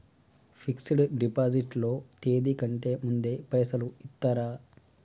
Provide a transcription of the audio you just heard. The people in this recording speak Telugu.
ఫిక్స్ డ్ డిపాజిట్ లో తేది కంటే ముందే పైసలు ఇత్తరా?